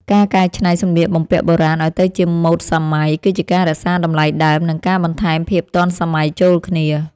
ការកែច្នៃសម្លៀកបំពាក់បុរាណឱ្យទៅជាម៉ូដសម័យ គឺជាការរក្សាតម្លៃដើម និងការបន្ថែមភាពទាន់សម័យចូលគ្នា។